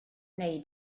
wnei